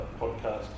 podcast